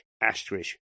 asterisk